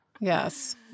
Yes